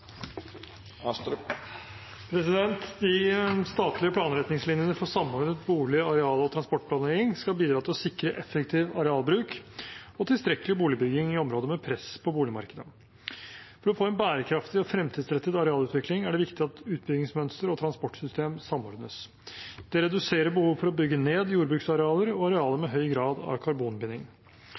De statlige planretningslinjene for samordnet bolig-, areal- og transportplanlegging skal bidra til å sikre effektiv arealbruk og tilstrekkelig boligbygging i områder med press på boligmarkedet. For å få en bærekraftig og fremtidsrettet arealutvikling er det viktig at utbyggingsmønster og transportsystem samordnes. Det reduserer behovet for å bygge ned jordbruksarealer og arealer med høy grad av karbonbinding.